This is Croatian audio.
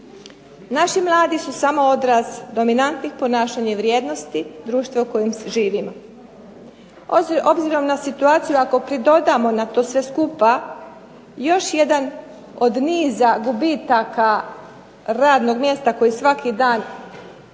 Naši mladi su samo odraz dominantnih ponašanja i vrijednosti društva u kojem živimo. Obzirom na situaciju, ako pridodamo na to sve skupa još jedan od niza gubitaka radnog mjesta koje svaki dan smo